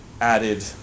added